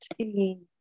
team